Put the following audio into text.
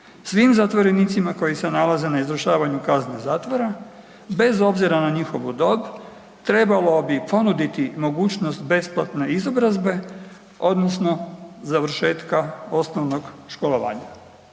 Svim zatvorenicima koji se nalaze na izvršavanju kazne zatvora, bez obzira na njihovu dob trebalo bi ponuditi mogućnost besplatne izobrazbe odnosno završetka osnovnog školovanja.